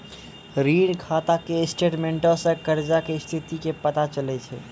ऋण खाता के स्टेटमेंटो से कर्जा के स्थिति के पता चलै छै